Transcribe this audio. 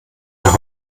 nach